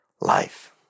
life